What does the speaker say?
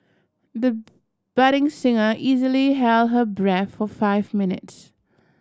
the budding singer easily held her breath for five minutes